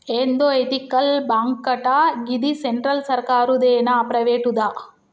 ఏందో ఎతికల్ బాంకటా, గిది సెంట్రల్ సర్కారుదేనా, ప్రైవేటుదా